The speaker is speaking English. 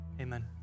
Amen